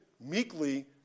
meekly